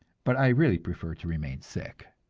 but i really prefer to remain sick.